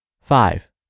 Five